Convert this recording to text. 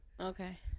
Okay